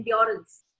endurance